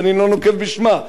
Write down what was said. שאני לא נוקב בשמה,